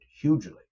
hugely